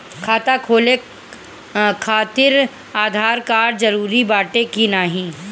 खाता खोले काहतिर आधार कार्ड जरूरी बाटे कि नाहीं?